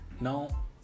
now